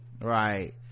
right